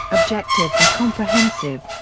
objective and comprehensive.